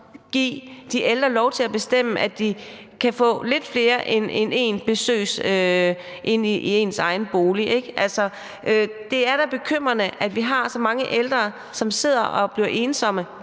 give de ældre lov til at bestemme, at de kan få lidt flere end én besøgende i egen bolig, ikke? Det er da bekymrende, at vi har så mange ældre, som sidder og bliver ensomme.